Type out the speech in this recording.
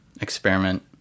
experiment